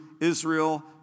Israel